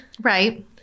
Right